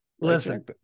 listen